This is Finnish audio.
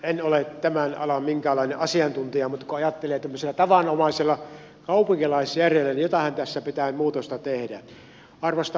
en ole tämän alan minkäänlainen asiantuntija mutta kun ajattelee tämmöisellä tavanomaisella kaupunkilaisjärjellä niin jotainhan tässä pitää muutosta tehdä